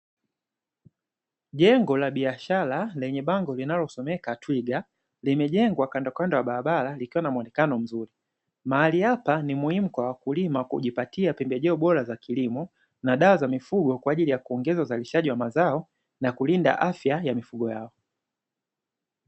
Jengo la biashara lenye bango linalosomeka “ Twiga” limejengwa kandokando ya barabara likiwa na muonekano mzuri, mahali hapa ni muhimu kwa wakulima kujipatia pembejeo bora za kilimo na dawa za mifugo, kwaajili ya kuongeza uzalishaji wa mazao na kulinda afya ya mifugo yao.